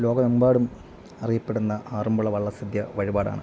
ലോകമെമ്പാടും അറിയപ്പെടുന്ന ആറന്മുള വള്ള സദ്യ വഴിപാടാണ്